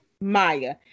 Maya